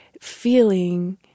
feeling